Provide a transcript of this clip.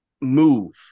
move